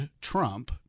Trump